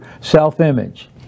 self-image